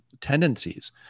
tendencies